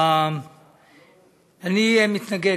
אני מתנגד,